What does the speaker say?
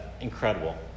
incredible